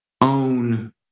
own